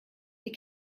die